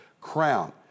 crown